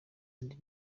andi